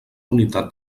unitat